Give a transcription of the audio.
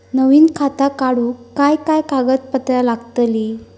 नवीन खाता काढूक काय काय कागदपत्रा लागतली?